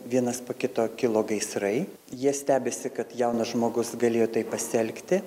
vienas po kito kilo gaisrai jie stebisi kad jaunas žmogus galėjo taip pasielgti